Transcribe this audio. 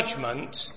judgment